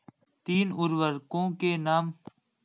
तीन उर्वरकों के नाम?